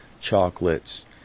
chocolates